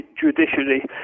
judiciary